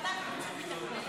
חוץ וביטחון.